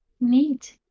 Neat